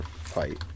fight